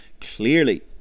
Clearly